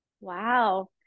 wow